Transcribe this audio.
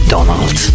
Donald